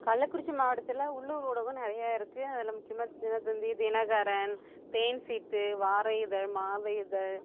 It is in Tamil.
கள்ளக்குறிச்சி மாவட்டத்தில் உள்ளூர் ஊடகம் நிறைய இருக்குது அதில் முக்கியமான தினத்தந்தி தினகரன் தேன்சிட்டு வார இதழ் மாத இதழ்